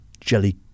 Jelly